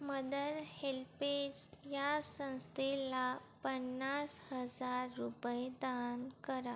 mother HelpAge या संस्थेला पन्नास हजार रुपये दान करा